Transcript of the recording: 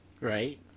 Right